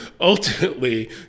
ultimately